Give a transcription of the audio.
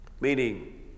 Meaning